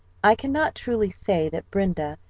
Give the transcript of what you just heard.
i cannot truly say that brenda,